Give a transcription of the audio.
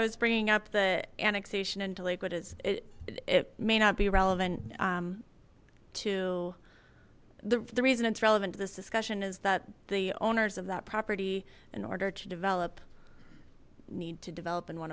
i was bringing up the annexation into lakewood is it it may not be relevant to the reason it's relevant to this discussion is that the owners of that property in order to develop need to develop in one